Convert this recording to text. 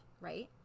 right